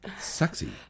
sexy